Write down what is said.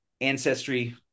Ancestry